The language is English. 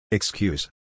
Excuse